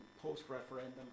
post-referendum